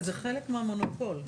אבל למרות זאת,